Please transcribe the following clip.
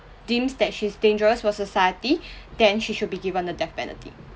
deems that she's dangerous for society then she should be given the death penalty